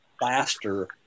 faster